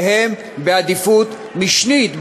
שהם בעדיפות משנית,